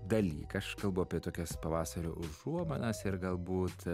dalyką aš kalbu apie tokias pavasario užuominas ir galbūt